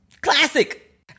classic